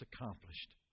accomplished